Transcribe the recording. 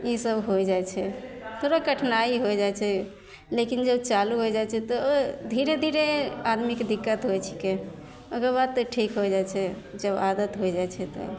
ईसब हो जाइ छै ककरो कठिनाइ हो जाइ छै लेकिन जब चालू हो जाइ छै तऽ धीरे धीरे आदमीके दिक्कत होइ छिकै ओकरबाद तऽ ठीक होइ जाइ छै जब आदत होइ जाइ छै तब